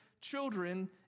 children